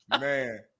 Man